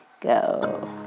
go